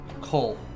Cole